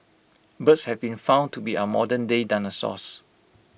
birds have been found to be our modernday dinosaurs